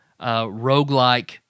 roguelike